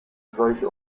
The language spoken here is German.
solche